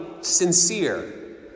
sincere